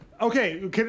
Okay